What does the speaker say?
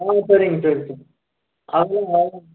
ஆ சரிங்க சரி சரி அவ்ளோ தான் அவ்ளோ தாங்க